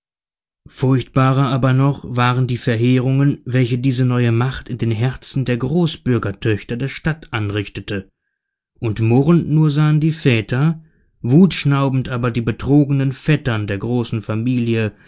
furchtbarer aber noch waren die verheerungen welche diese neue macht in den herzen der großbürgertöchter der stadt anrichtete und murrend nur sahen die väter wutschnaubend aber die betrogenen vettern der großen familie